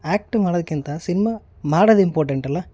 act ಮಾಡೋದ್ಕಿಂತ cinema ಮಾಡೋದ್ ಇಂಪಾರ್ಟೆಂಟಲ್ವ